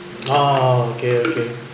ah okay okay